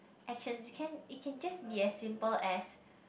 actually it can it can just be as simple as